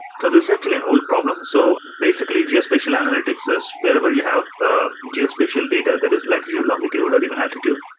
so this is actually an old problem. so basically geospatial analytics is wherever you have ah geospatial data that is, like longitude, or even altitude,